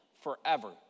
forever